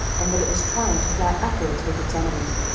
and that it was trying to fly upwards with its enemy.